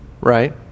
right